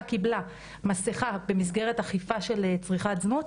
קיבלה מסיכה במסגרת אכיפה של צריכת זנות,